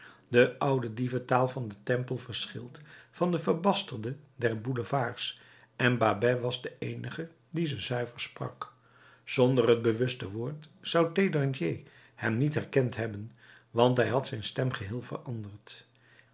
de oude dieventaal van den temple verschilt van de verbasterde der boulevards en babet was de eenige die ze zuiver sprak zonder het bewuste woord zou thénardier hem niet herkend hebben want hij had zijn stem geheel veranderd